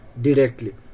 directly